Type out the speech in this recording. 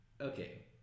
Okay